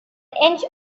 inch